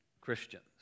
Christians